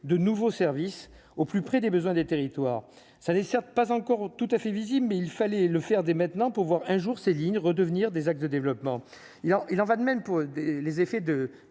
de nouveaux services au plus près des besoins des territoires, ça n'est certes pas encore tout à fait visible mais il fallait le faire dès maintenant pour voir un jour ses lignes redevenir des axes de développement,